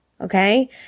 Okay